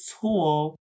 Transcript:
tool